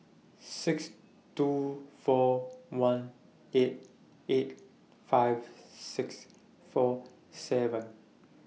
six two four one eight eight five six four seven